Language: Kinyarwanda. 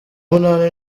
munani